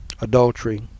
adultery